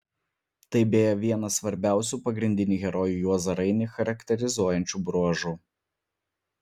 tai beje vienas svarbiausių pagrindinį herojų juozą rainį charakterizuojančių bruožų